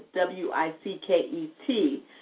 W-I-C-K-E-T